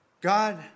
God